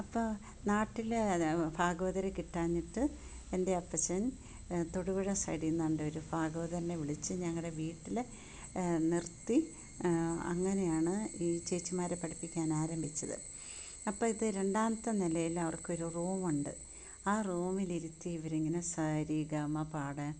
അപ്പം നാട്ടില് ഭാഗവതരെ കിട്ടാഞ്ഞിട്ട് എൻ്റെ അപ്പച്ചൻ തൊടുപുഴ സൈഡിൽ നിന്നെങ്ങാണ്ടോര് ഭാഗവതർനെ വിളിച്ച് ഞങ്ങളുടെ വീട്ട്ല് നിർത്തി അങ്ങനെയാണ് ഈ ചേച്ചിമാരെ പഠിപ്പിക്കാനാരംഭിച്ചത് അപ്പുറത്തെ രണ്ടാമത്തെ നിലയിൽ അവർക്കൊരു റൂമുണ്ട് ആ റൂമിലിരുത്തി ഇവരിങ്ങനെ സാരിഗമ പാടാൻ